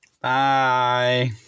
Bye